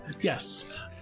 Yes